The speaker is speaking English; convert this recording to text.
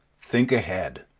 think ahead